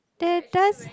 there does